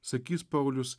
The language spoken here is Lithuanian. sakys paulius